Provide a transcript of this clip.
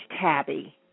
tabby